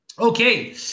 Okay